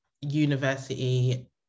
university